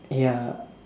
ya